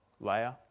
Layer